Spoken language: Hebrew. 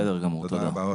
בסדר גמור, תודה רבה.